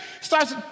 Starts